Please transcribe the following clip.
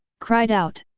cried out.